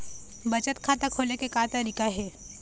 बचत खाता खोले के का तरीका हे?